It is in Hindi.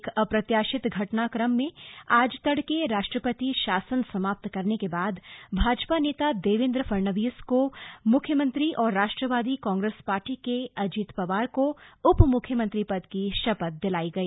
एक अप्रत्याशित घटनाक्रम में आज तड़के राष्ट्रपति शासन समाप्त करने के बाद भाजपा नेता देवेन्द्र फडणवीस को मुख्यमंत्री और राष्ट्वादी कांग्रेस पार्टी के अजित पवार को उप मुख्यमंत्री पद की शपथ दिलाई गई